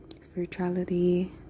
spirituality